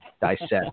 dissect